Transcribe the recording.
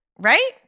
right